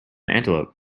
antelope